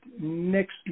next